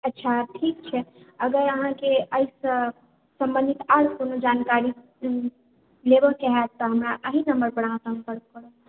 अच्छा ठीकछै अगर अहाँके एहिसे सम्बन्धित आरु कोनो जानकारी लेबयके हैत तऽ हमरा एहि नम्बर पर सम्पर्क करब